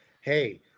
hey